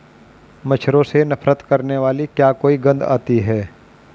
मच्छरों से नफरत करने वाली क्या कोई गंध आती है?